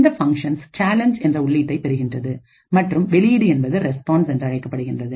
இந்த function challenge என்ற உள்ளீட்டை பெறுகின்றது மற்றும் வெளியீடு என்பது ரெஸ்பான்ஸ் என்றழைக்கப்படுகின்றது